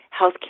healthcare